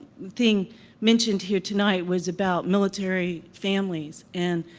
thing mentioned here tonight was about military families, and,